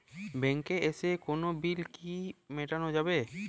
ব্যাংকে এসে কোনো বিল কি মেটানো যাবে?